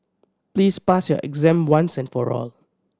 please pass your exam once and for all